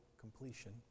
completion